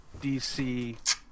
DC